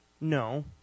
No